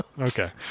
okay